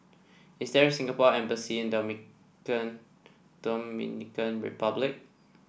is there a Singapore Embassy in Dominican Republic